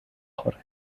بخوره